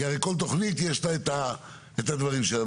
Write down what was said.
כי הרי כל תכנית יש לה את הדברים שלה.